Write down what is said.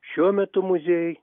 šiuo metu muziejuj